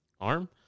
Arm